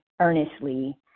earnestly